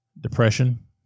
depression